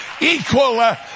equal